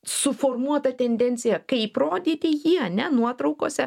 suformuota tendencija kaip rodyti jį ane nuotraukose